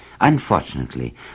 Unfortunately